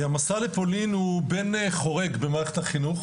המסע לפולין הוא בן חורג במערכת החינוך,